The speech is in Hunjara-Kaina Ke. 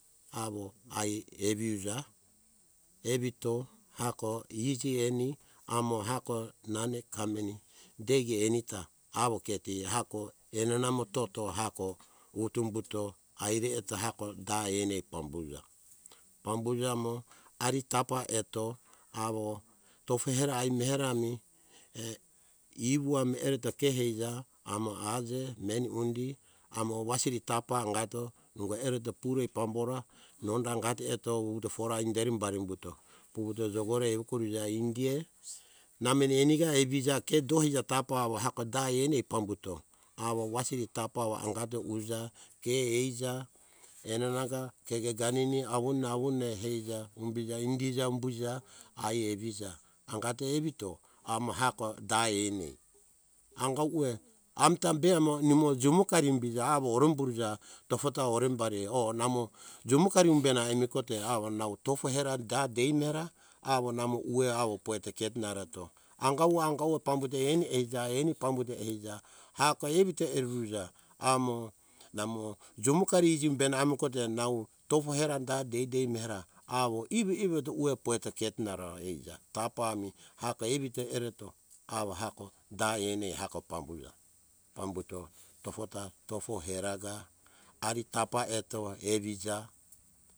Awo ai evi uja evito hiako iji eni amo hako nameni kameni deki enita awo keti enenana mo toto hiako utu humbuto haire eto da eni ai pambu uja. Pambuja amo ari tapa eto awo tofo hera ai mera ami ivu ami ereto ke haija amo aje meni undi amo wasiri tapa anga eto ungo ereto purei pambora donda angato eto vutofora inderi bari humbuto vuvuto jokore evekuruja indiea nameni enika eviea ke do hija tapa awo hiako da eni ai pambuto awo wasiri tapa awo angato uja ke ija inanaka keke ganinine hija wande - wande indija humbija ai evija, anga eto evito hiako da eni eh. Anga ueh amita be amo jumokari humbija awo horomburoja tofota horemri ai o namo jumokari humbena emikote awo nau tofo hera deimera awo namo urue awo poiketo ketona, anga ue - anga ue pambuto eni eija, eni eh pambuto eja hiako evito eruruja amo namo jomukari humbena emikote tofo hera da deidei mera awo ivo ivo urue poiketo ketona ro ija tapa ami hiako ivito ereto da eni ai ereto pambuja pambuto tofota tofo heraka ari tapa awo eto evija.